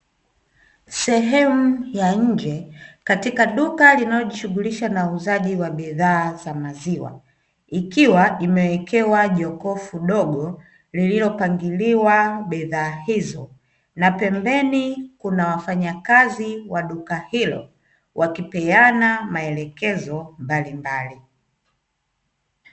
Sehemu ya nje katika duka linaloshughulisha na uuzaji wa bidhaa za maziwa, ikiwa imewekewa jokofu dogo lililopangiliwa bidhaa hizo, na pembeni kuna wafanyakazi wa duka hilo wakipeana maelekezo mbalimbali.